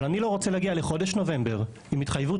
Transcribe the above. אבל אני לא רוצה להגיע לחודש נובמבר עם התחייבות